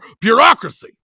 bureaucracy